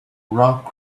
rock